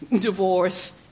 divorce